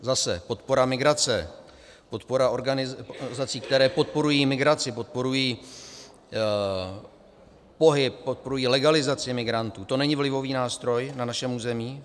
Zase podpora migrace, podpora organizací, které podporují migraci, podporují pohyb, podporují legalizaci migrantů, to není vlivový nástroj na našem území?